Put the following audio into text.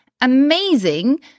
amazing